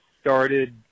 started